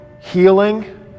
healing